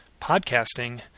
podcasting